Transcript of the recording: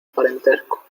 parentesco